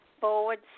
forward